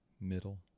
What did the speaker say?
middle